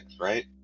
right